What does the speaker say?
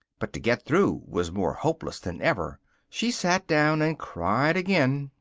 but to get through was more hopeless than ever she sat down and cried again.